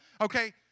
Okay